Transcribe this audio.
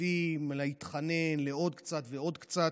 התקציבים להתחנן לעוד קצת ועוד קצת.